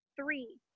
three